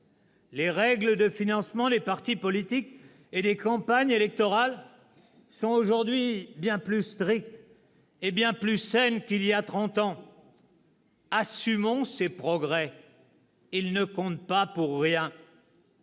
Les règles de financement des partis politiques et des campagnes électorales sont aujourd'hui bien plus strictes et bien plus saines qu'il y a trente ans. Assumons ces progrès. Ils ne comptent pas pour rien.